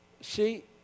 See